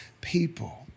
people